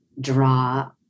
draw